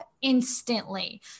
instantly